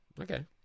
Okay